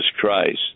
Christ